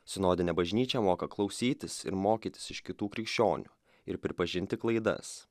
sinodinė bažnyčia moka klausytis ir mokytis iš kitų krikščionių ir pripažinti klaidas